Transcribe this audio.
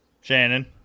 Shannon